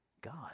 God